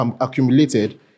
accumulated